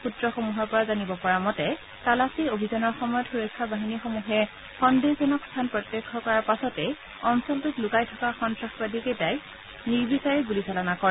সুত্ৰসমূহৰ পৰা জানিব পৰা মতে তালাচী অভিযানৰ সময়ত সূৰক্ষা বাহিনী সমূহে সন্দেহজনক স্থান প্ৰত্যক্ষ কৰাৰ পাছতে অঞ্চলটোত লুকাই থকা সন্ত্ৰাসবাদীসকলে নিৰ্বিচাৰে গুলিচালনা কৰে